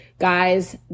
Guys